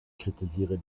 kritisiere